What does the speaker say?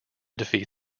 defeat